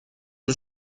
اون